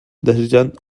desitjant